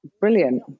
brilliant